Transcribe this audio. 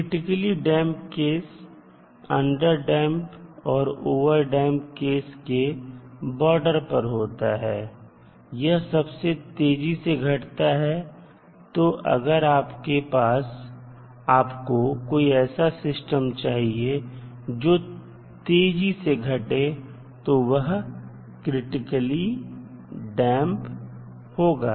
critically damp case underdamp और overdamp case के border पर होता है और यह सबसे तेजी से घटता है तो अगर आपको कोई ऐसा सिस्टम चाहिए जो तेजी से घटे तो वह क्रिटिकली डैंप होगा